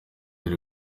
iri